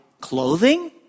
clothing